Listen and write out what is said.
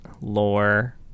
lore